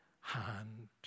hand